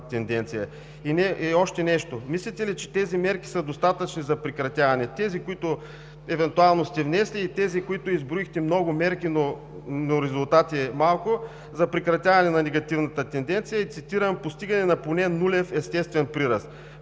тенденция. Мислите ли, че тези мерки са достатъчни – тези, които евентуално сте внесли, и тези, които изброихте (много мерки, но резултати малко) за прекратяване на негативната тенденция? Цитирам: „Постигане на поне нулев естествен прираст“.